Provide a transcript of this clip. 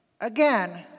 Again